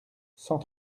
cent